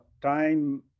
time